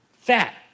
Fat